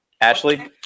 Ashley